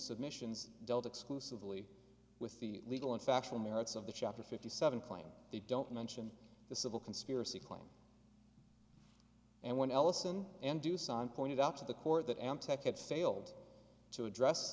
submissions dealt exclusively with the legal and factual merits of the chapter fifty seven claim they don't mention the civil conspiracy claim and when ellison and dusan pointed out to the court that amp tech it failed to address